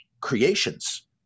creations